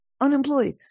unemployed